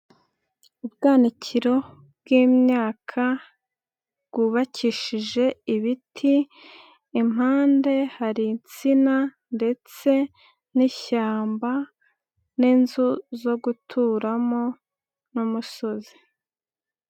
Ubwankiro bwi'myaka bwubakishije ibiti, impande hari insina ndetse n'ishyamba n'inzu zo guturamo n'umusozi.